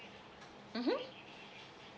mmhmm